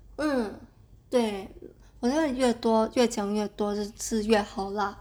mm 对好像越多越讲越多次越好 lah